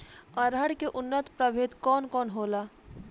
अरहर के उन्नत प्रभेद कौन कौनहोला?